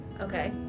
Okay